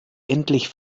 endlich